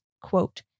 quote